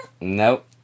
Nope